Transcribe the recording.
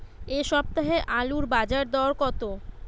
এ সপ্তাহে আলুর বাজার দর কত?